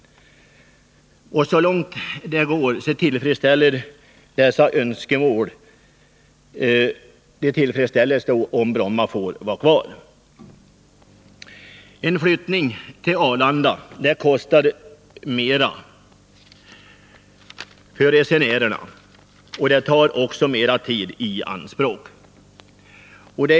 Dessa önskemål tillfredsställs så långt det är möjligt om Bromma flygplats får vara kvar. En flyttning från Bromma kommer att medföra ökade kostnader för resenärerna och den kommer att medföra att mer tid tas i anspråk för resandet.